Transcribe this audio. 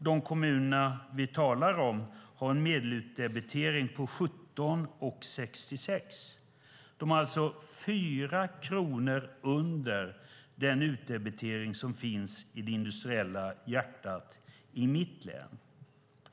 De kommuner vi talar om har en medelutdebitering på 17:66. De har alltså 4 kronor under den utdebitering som finns i det industriella hjärtat i mitt län.